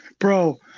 Bro